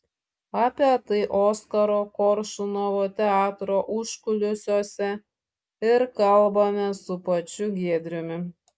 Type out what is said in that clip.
apie tai oskaro koršunovo teatro užkulisiuose ir kalbamės su pačiu giedriumi